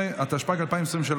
13), התשפ"ג 2023,